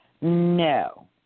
No